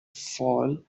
fall